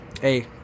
Hey